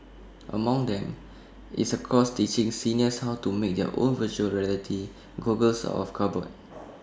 among them is A course teaching seniors how to make their own Virtual Reality goggles of cardboard